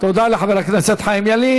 תודה לחבר הכנסת חיים ילין.